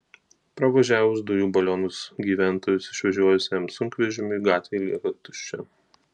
pravažiavus dujų balionus gyventojus išvežiojusiam sunkvežimiui gatvė lieka tuščia